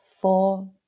four